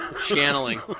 Channeling